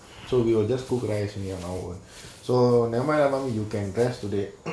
so we will just cook rice in an hour so never mind you can rest today